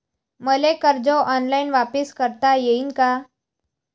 मले कर्ज ऑनलाईन वापिस करता येईन का?